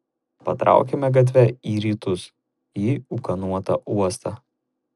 patraukėme gatve į rytus į ūkanotą uostą